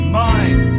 mind